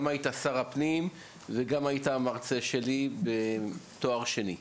גם היית שר הפנים וגם היית המרצה שלי בתואר שני.